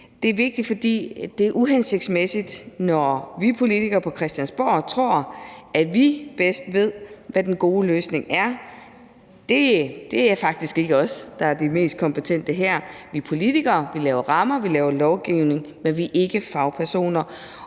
Det er vigtigt, fordi det er uhensigtsmæssigt, hvis vi politikere på Christiansborg tror, at vi bedst ved, hvad den gode løsning er. Det er faktisk ikke os, der her er de mest kompetente. Vi er politikere, vi laver rammer, vi laver lovgivning, men vi er ikke fagpersoner,